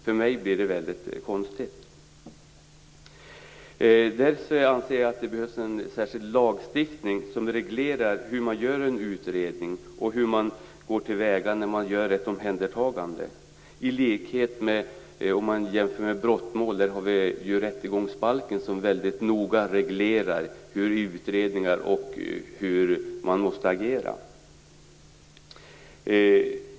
För mig blir det väldigt konstigt. Därför anser jag att det behövs en särskild lagstiftning som reglerar hur man gör en utredning och hur man går till väga när man gör ett omhändertagande. Vi kan jämföra med brottmål, där rättegångsbalken väldigt noga reglerar utredningar och hur man måste agera.